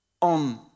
on